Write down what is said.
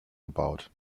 gebaut